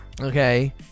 Okay